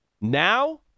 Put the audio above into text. now